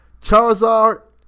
Charizard